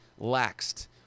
laxed